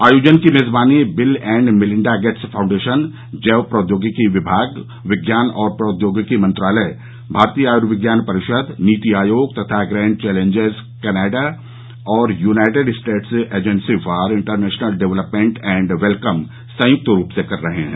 आयोजन की मेजबानी Bill and Melinda Gates Foundation जैव प्रौद्योगिकी विभाग विज्ञान और प्रौद्योगिकी मंत्रालय भारतीय आयुर्विज्ञान परिषद नीति आयोग तथा ग्रैंड चौलेंजेस कनाडा और United States Agency for International Development and Wellcome संयुक्त रूप से कर रहे हैं